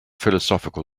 philosophical